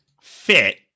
fit